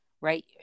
right